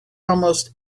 almost